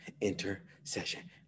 Intercession